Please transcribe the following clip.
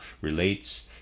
relates